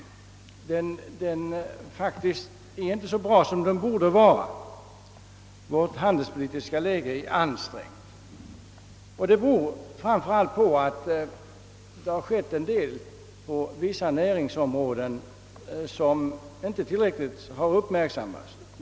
Den är inte så god som den borde vara. Vårt handelspolitiska läge är ansträngt, och detta 'beror framför allt på en del inte tillräckligt uppmärksammade företeelser på vissa områden av näringslivet.